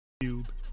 Cube